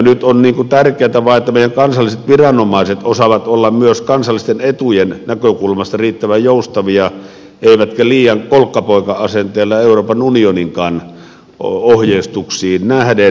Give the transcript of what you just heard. nyt on tärkeätä vain että meidän kansalliset viranomaiset osaavat olla myös kansallisten etujen näkökulmasta riittävän joustavia eivätkä liian kolkkapoika asenteella euroopan unioninkaan ohjeistuksiin nähden